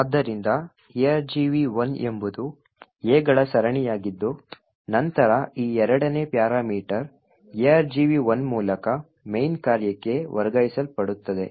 ಆದ್ದರಿಂದ argv1 ಎಂಬುದು A ಗಳ ಸರಣಿಯಾಗಿದ್ದು ನಂತರ ಈ ಎರಡನೇ ಪ್ಯಾರಾಮೀಟರ್ argv1 ಮೂಲಕ main ಕಾರ್ಯಕ್ಕೆ ವರ್ಗಾಯಿಸಲ್ಪಡುತ್ತದೆ